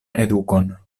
edukon